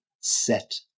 set